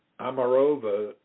Amarova